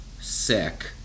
sick